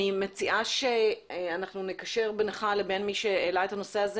אני מציעה שנקשר בינך לבין מי שהעלה את הנושא הזה,